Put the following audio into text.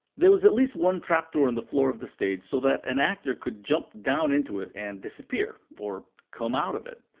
there was at least one trapdoor in the floor of the stage so that an actor could jump down into it and disappear, or come out of it.